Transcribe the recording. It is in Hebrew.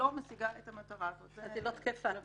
שההצעה לא משיגה את המטרה הזאת --- אתם